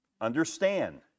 Understand